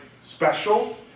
special